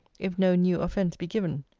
if no new offence be given.